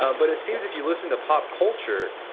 um but it seems if you listened to pop culture,